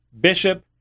bishop